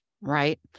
Right